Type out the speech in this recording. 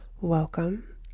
welcome